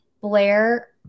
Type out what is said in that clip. Blair